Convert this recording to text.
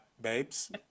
babes